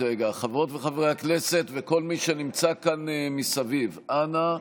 חברות וחברי הכנסת וכל מי שנמצא כאן מסביב, אנא,